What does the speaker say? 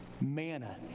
Manna